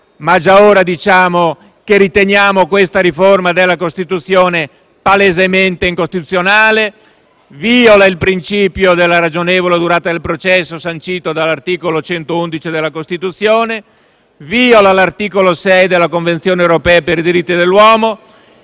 ma già ora diciamo che riteniamo questa riforma della prescrizione palesemente incostituzionale. Essa viola il principio della ragionevole durata del processo sancito dall'articolo 111 della Costituzione, viola l'articolo 6 della Convenzione europea per i diritti dell'uomo,